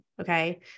Okay